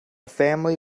family